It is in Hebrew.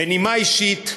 בנימה אישית,